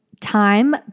time